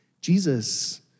Jesus